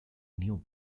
knew